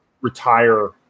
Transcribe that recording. retire